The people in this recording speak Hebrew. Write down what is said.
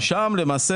כן.